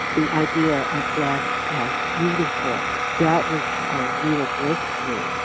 the idea of black as beautiful that was a real breakthrough.